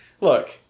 look